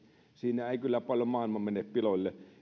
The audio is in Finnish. siinä ei kyllä paljon maailma mene piloille